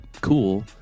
cool